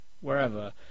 wherever